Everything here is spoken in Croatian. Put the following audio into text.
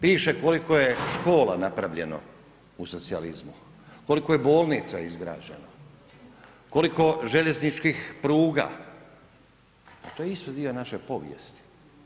Piše koliko je škola napravljeno u socijalizmu, koliko je bolnica izgrađeno, koliko željezničkih pruga, to je isto dio naše povijesti.